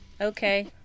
Okay